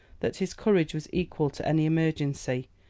that his courage was equal to any emergency,